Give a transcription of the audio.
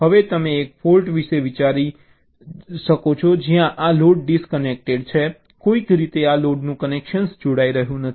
હવે તમે એક ફૉલ્ટ વિશે વિચારો જ્યાં આ લોડ ડિસ્કનેક્ટ છે કોઈક રીતે આ લોડનું કનેક્શન જોડાઈ રહ્યું નથી